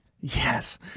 Yes